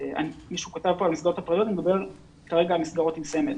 מישהו כתב כאן מסגרות פרטיות וכרגע אני מדבר על מסגרות עם סמל